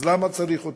אז למה צריך אותו?